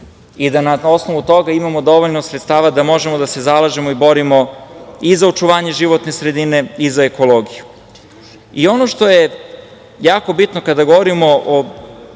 i da na osnovu toga imamo dovoljno sredstava da možemo da se zalažemo i borimo i za očuvanje životne sredine i za ekologiju. Ono što je jako bitno kada govorimo o